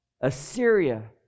Assyria